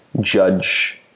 judge